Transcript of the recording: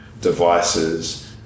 devices